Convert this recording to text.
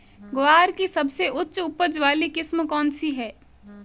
ग्वार की सबसे उच्च उपज वाली किस्म कौनसी है?